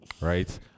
Right